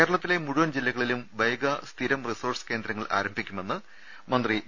കേരളത്തിലെ മുഴുവൻ ജില്ലകളിലും വൈഗ സ്ഥിരം റിസോഴ്സ് കേന്ദ്രങ്ങൾ ആരംഭിക്കുമെന്ന് മന്ത്രി വി